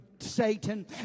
satan